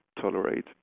tolerate